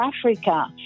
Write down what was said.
Africa